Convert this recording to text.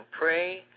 pray